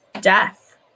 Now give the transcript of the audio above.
death